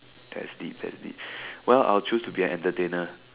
that's deep that's deep well I'll chose to be an entertainer